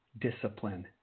discipline